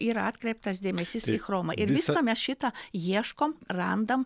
yra atkreiptas dėmesys į chromą ir visą mes šitą ieškom randam